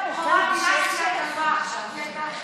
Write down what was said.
גנבת את הבכורה מלאסי הכלבה עכשיו.